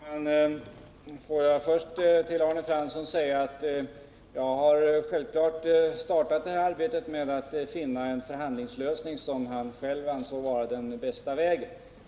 Herr talman! Låt mig först till Arne Fransson säga att jag har självklart startat arbetet med att finna en förhandlingslösning, som han själv ansåg vara den bästa vägen.